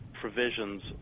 provisions